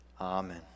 Amen